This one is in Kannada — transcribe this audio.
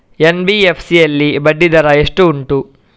ಎನ್.ಬಿ.ಎಫ್.ಸಿ ಯಲ್ಲಿ ಬಡ್ಡಿ ದರ ಎಷ್ಟು ಉಂಟು?